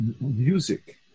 Music